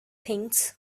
things